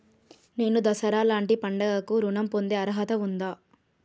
నేను దసరా లాంటి పండుగ కు ఋణం పొందే అర్హత ఉందా?